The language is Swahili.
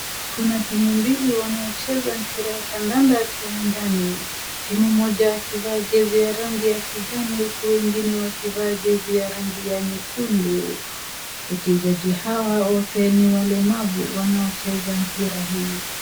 Kuna timu mbili wanaocheza mpira wa kandanda kiwanjani, timu moja ikivaa jezi ya rangi ya kijani huku ingine wakivaa jezi ya rangi nyekundu, wachezaji hawa wote ni walemavu wanaocheza mpira huu.